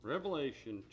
Revelation